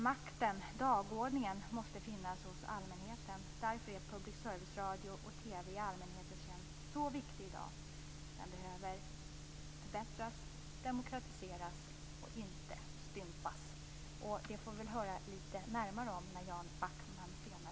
Makten - dagordningen - måste finnas hos allmänheten. Därför är public service-radio och TV i allmänhetens tjänst så viktig i dag. Den behöver förbättras och demokratiseras - inte stympas. Det får vi väl höra lite närmare om när Jan Backman senare får ordet.